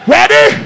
Ready